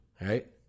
right